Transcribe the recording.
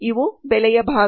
ಇವು ಬೆಲೆಯ ಭಾಗ